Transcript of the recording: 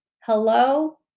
hello